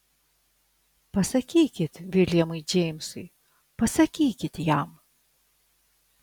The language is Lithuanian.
pasakykit viljamui džeimsui pasakykit jam